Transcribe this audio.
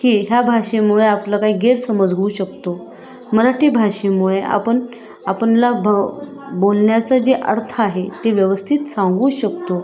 की ह्या भाषेमुळे आपला काही गैरसमज होऊ शकतो मराठी भाषेमुळे आपण आपणला भ बोलण्याच जे अर्थ आहे ते व्यवस्थित सांगू शकतो